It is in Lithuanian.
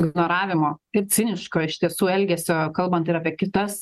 ignoravimo ir ciniško iš tiesų elgesio kalbant ir apie kitas